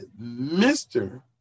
Mr